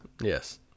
yes